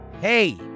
hey